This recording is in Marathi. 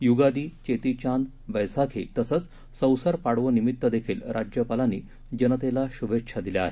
युगादी चेती चाँद बैसाखी तसंच सौसर पाडवो निमित्त देखील राज्यपालांनी जनतेला शूभेच्छा दिल्या आहेत